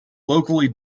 locally